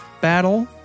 battle